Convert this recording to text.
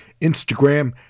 Instagram